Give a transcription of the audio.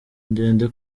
ndende